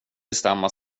bestämma